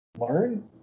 learn